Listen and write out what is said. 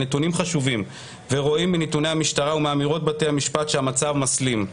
הנתונים חשובים ורואים מנתוני המשטרה ומאמירות בתי המשפט שהמצב מסלים.